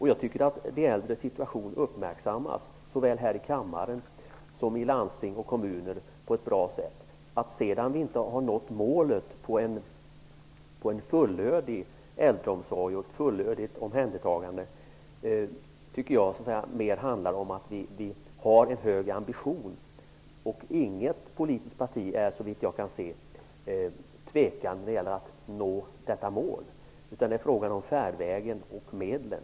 Jag tycker att de äldres situation uppmärksammas på ett bra sätt såväl här i kammaren som i landsting och kommuner. Att vi sedan inte har nått målet om en fullödig äldreomsorg och ett fullödigt omhändertagande tycker jag mer handlar om att vi har en hög ambition. Inget politiskt parti tvekar såvitt jag vet när det gäller att nå detta mål. Det är i stället frågan om färdvägen och medlen.